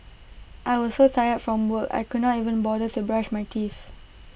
I was so tired from work I could not even bother to brush my teeth